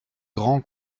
grand